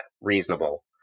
reasonable